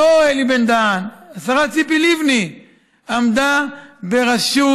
לא אלי בן-דהן, השרה ציפי לבני עמדה בראשות